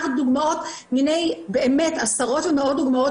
מספר דוגמאות מני עשרות ומאות דוגמאות